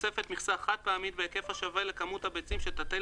תוספת מכסה חד-פעמית בהיקף השווה לכמות הביצים שתטיל